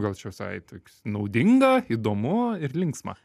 gal čia visai toks naudinga įdomu ir linksma